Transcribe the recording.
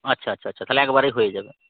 আচ্ছা আচ্ছা আচ্ছা তাহলে একবারেই হয়ে যাবে